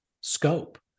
scope